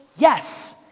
Yes